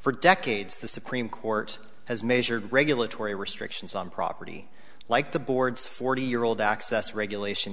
for decades the supreme court has measured regulatory restrictions on property like the board's forty year old access regulation